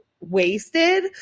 wasted